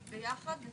זה ביחד.